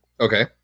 Okay